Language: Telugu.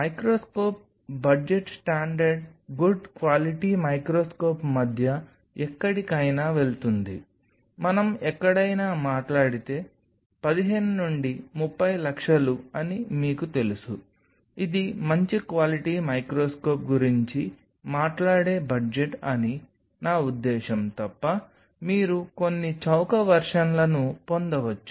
microscope budget standard good quality microscope మధ్య ఎక్కడికైనా వెళ్తుంది మనం ఎక్కడైనా మాట్లాడితే 15 నుండి 30 లక్షలు అని మీకు తెలుసు ఇది మంచి క్వాలిటీ మైక్రోస్కోప్ గురించి మాట్లాడే బడ్జెట్ అని నా ఉద్దేశ్యం తప్ప మీరు కొన్ని చౌక వెర్షన్లను పొందవచ్చు